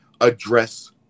address